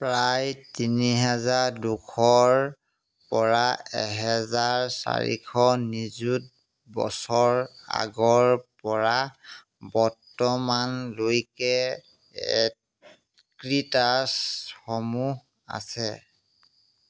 প্ৰায় তিনি হেজাৰ দুশৰপৰা এহেজাৰ চাৰিশ নিযুত বছৰ আগৰপৰা বৰ্তমানলৈকে এক্ৰিটাৰ্চসমূহ আছে